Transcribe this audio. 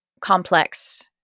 complex